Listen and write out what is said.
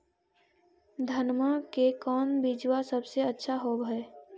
धनमा के कौन बिजबा सबसे अच्छा होव है?